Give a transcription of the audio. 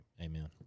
Amen